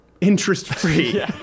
interest-free